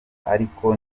ariko